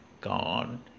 God